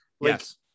Yes